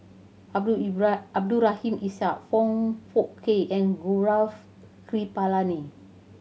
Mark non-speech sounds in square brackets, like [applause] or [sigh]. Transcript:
Abdul [unintelligible] Abdul Rahim Ishak Foong Fook Kay and Gaurav Kripalani